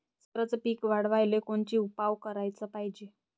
संत्र्याचं पीक वाढवाले कोनचे उपाव कराच पायजे?